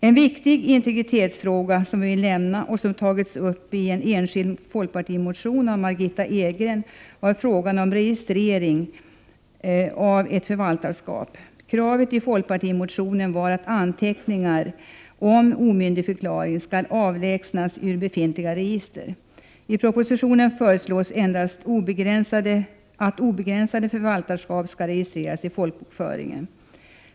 En viktig integritetsfråga har tagits upp i en enskild folkpartimotion av Margitta Edgren. Det gäller frågan om registrering av förvaltarskap. Kravet i folkpartimotionen var att anteckningar om omyndigförklaring skulle avlägsnas ur befintliga register. I propositionen föreslås att endast obegränsade förvaltarskap skall registreras i folkbokföringen.